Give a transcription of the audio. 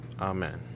Amen